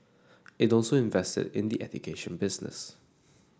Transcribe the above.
it also invested in the education business